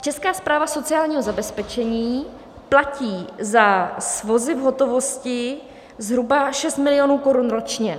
Česká správa sociálního zabezpečení platí za svozy v hotovosti zhruba 6 milionů korun ročně.